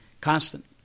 constant